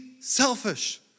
selfish